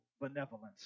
benevolence